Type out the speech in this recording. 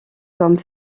comme